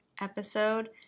episode